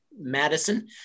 Madison